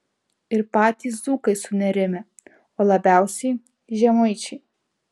ir patys dzūkai sunerimę o labiausiai žemaičiai